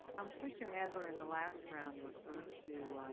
um commissioner adler in the last round referred to